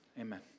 amen